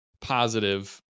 positive